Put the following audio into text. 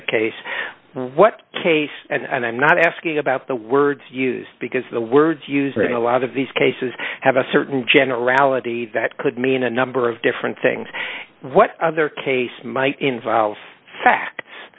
a case what case and i'm not asking about the words used because the words used a lot of these cases have a certain generality that could mean a number of different things what other case might involve facts